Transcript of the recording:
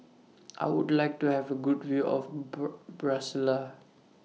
I Would like to Have A Good View of Brasilia